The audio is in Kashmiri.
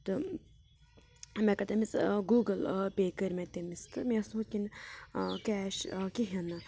تہٕ مےٚ کٔرۍ تٔمِس گوٚگٕل پِے کٔرۍ مےٚ تٔمِس مےٚ اوس نہٕ ہُت کِنۍ کیش کِہیٖنۍ نہِ